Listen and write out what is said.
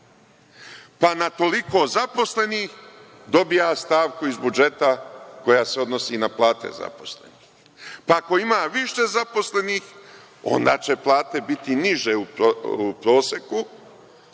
Pa, na toliko zaposlenih dobija stavku iz budžeta koja se odnosi na plate zaposlenih. Pa, ako ima više zaposlenih onda će plate biti niže u proseku,